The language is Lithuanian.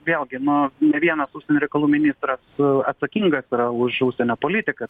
vėlgi no ne vienas užsienio reikalų ministras atsakingas už užsienio politiką